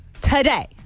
today